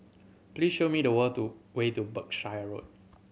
please show me the way to Berkshire Road